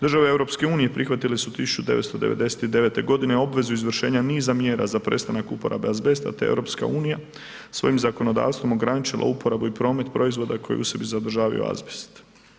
Države EU prihvatile su 1999. godine obvezu izvršenja niza mjera za prestanak uporabe azbesta te je EU svojim zakonodavstvom ograničila uporabu i promet proizvoda koji u sebi sadržavaju azbest.